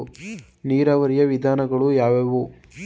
ನೀರಾವರಿಯ ವಿಧಾನಗಳು ಯಾವುವು?